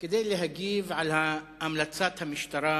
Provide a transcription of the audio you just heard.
כדי להגיב על המלצת המשטרה